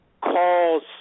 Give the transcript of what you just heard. calls